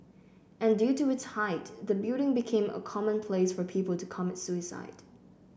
and due to its height the building became a common place for people to commit suicide